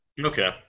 Okay